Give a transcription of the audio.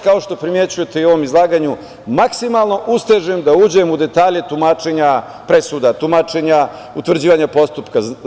Kao što primećujete, ja se u izlaganju maksimalno ustežem da uđem u detalje tumačenja presuda, utvrđivanja postupka.